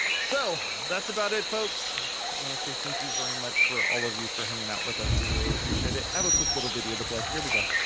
so that's about it. folks, i want to say thank you very much for all of you, for hanging out with us. we really appreciate it. i have a quick little video to play. here we go.